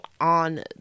on